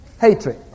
hatred